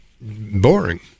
boring